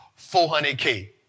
400K